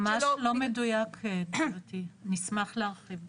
זה ממש לא מדויק גברתי, אני אשמח להרחיב בנקודה.